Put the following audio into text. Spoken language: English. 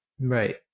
Right